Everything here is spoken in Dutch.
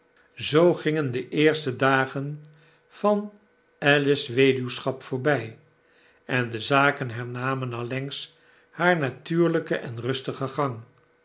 zoo gingen de eerste dagen van alice's weduwschap voorbij en de zaken hernamen allengs haar natuurlijken en rustigen gang